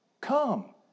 Come